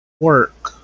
work